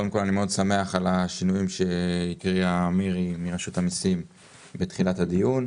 אני מאוד שמח על השינויים שהקריאה מירי בתחילת הדיון,